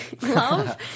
Love